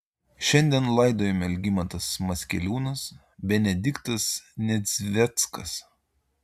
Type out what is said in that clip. šiandien laidojami algimantas maskeliūnas benediktas nedzveckas